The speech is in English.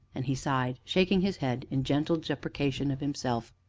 and he sighed, shaking his head in gentle deprecation of himself.